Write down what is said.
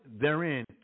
therein